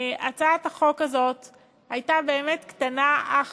הצעת החוק הזאת הייתה באמת קטנה אך